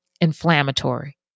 inflammatory